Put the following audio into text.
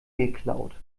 geklaut